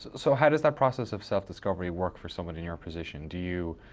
so, how does that process of self discovery work for someone in your position? do you